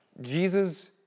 Jesus